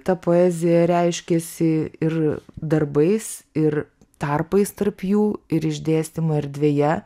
ta poezija reiškiasi ir darbais ir tarpais tarp jų ir išdėstymu erdvėje